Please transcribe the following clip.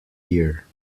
year